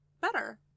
Better